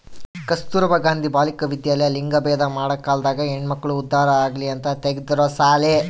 ಕಸ್ತುರ್ಭ ಗಾಂಧಿ ಬಾಲಿಕ ವಿದ್ಯಾಲಯ ಲಿಂಗಭೇದ ಮಾಡ ಕಾಲ್ದಾಗ ಹೆಣ್ಮಕ್ಳು ಉದ್ದಾರ ಆಗಲಿ ಅಂತ ತೆಗ್ದಿರೊ ಸಾಲಿ